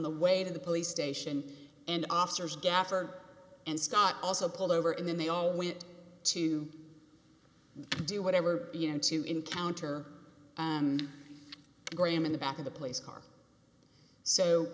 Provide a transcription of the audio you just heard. the way to the police station and officers gafford and scott also pulled over and then they all went to do whatever you know to encounter and graham in the back of the place car so